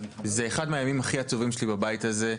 זה אחד מהימים הכי עצובים שלי בבית הזה,